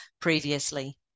previously